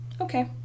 Okay